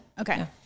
Okay